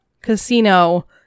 Casino